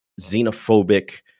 xenophobic